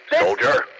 Soldier